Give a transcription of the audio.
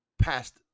past